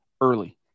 early